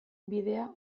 bidea